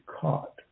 caught